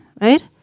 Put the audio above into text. right